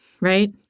right